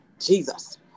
Jesus